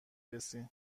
رسی